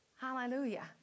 Hallelujah